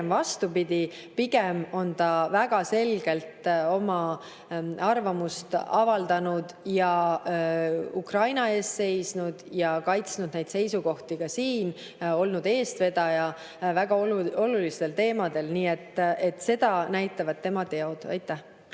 Pigem vastupidi. Pigem on ta väga selgelt oma arvamust avaldanud ja Ukraina eest seisnud ja kaitsnud neid seisukohti ka siin, olnud eestvedaja väga olulistel teemadel. Seda näitavad tema teod. Aitäh!